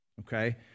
Okay